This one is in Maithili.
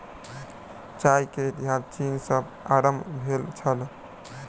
चाय के इतिहास चीन सॅ आरम्भ भेल छल